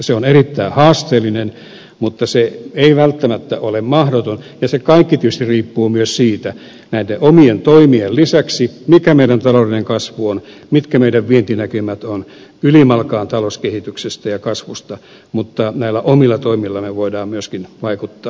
se on erittäin haasteellinen tavoite mutta se ei välttämättä ole mahdoton ja se kaikki tietysti riippuu myös siitä näiden omien toimien lisäksi mikä meidän taloudellinen kasvumme on mitkä meidän vientinäkymämme ovat se riippuu ylimalkaan talouskehityksestä ja kasvusta mutta näillä omilla toimillamme me voimme myöskin vaikuttaa